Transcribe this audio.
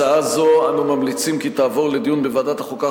הצעה זו אנו ממליצים כי תעבור לדיון בוועדת החוקה,